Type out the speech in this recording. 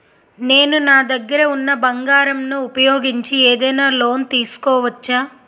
నేను నా దగ్గర ఉన్న బంగారం ను ఉపయోగించి ఏదైనా లోన్ తీసుకోవచ్చా?